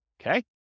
Okay